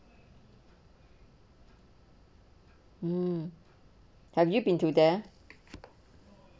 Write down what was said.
mm have you been to there